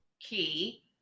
key